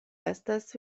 estas